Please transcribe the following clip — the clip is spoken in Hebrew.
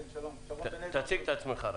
תציג את עצמך.